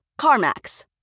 CarMax